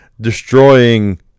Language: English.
destroying